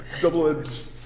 double-edged